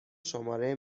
شماره